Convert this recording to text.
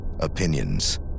Opinions